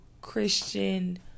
Christian